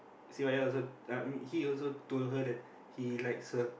Sivaya also I mean he also told her that he likes her